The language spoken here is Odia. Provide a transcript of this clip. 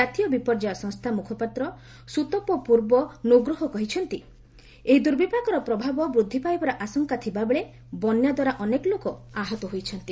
ଜାତୀୟ ବିପର୍ଯ୍ୟୟ ସଂସ୍ଥା ମୁଖପାତ୍ର ସୁତୋପୋ ପୁର୍ବୋ ନୁଗ୍ରୋହୋ କହିଛନ୍ତି ଏହି ଦୁର୍ବିପାକର ପ୍ରଭାବ ବୃଦ୍ଧି ପାଇବାର ଆଶଙ୍କା ଥିବା ବେଳେ ବନ୍ୟାଦ୍ୱାରା ଅନେକ ଲୋକ ଆହତ ହୋଇଛନ୍ତି